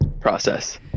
process